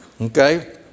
Okay